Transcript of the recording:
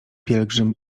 pielgrzym